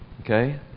Okay